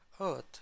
Earth